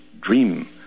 dream